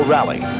Rally